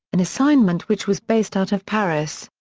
an assignment which was based out of paris.